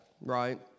right